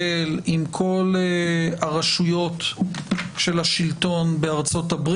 ופה אני חייב לומר שצר לי שמפלגות שחד-משמעית תומכות בשינוי,